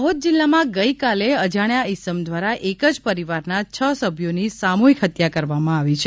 દાહોદ જિલ્લામાં ગઇકાલે અજાણ્યા ઇસમ દ્વારા એક જ પરિવારના છ સભ્યોની સામૂહિક હત્યા કરવામાં આવી છે